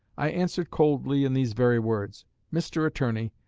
i answered coldly in these very words mr. attorney,